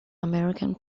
american